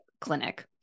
clinic